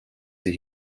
sie